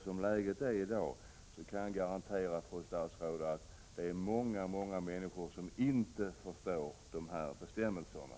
Som läget är i dag kan jag garantera, fru statsråd, att det är många människor som inte förstår bestämmelserna.